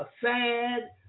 sad